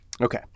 okay